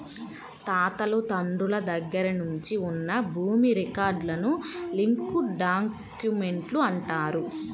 తాతలు తండ్రుల దగ్గర నుంచి ఉన్న భూమి రికార్డులను లింక్ డాక్యుమెంట్లు అంటారు